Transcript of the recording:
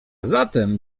zatem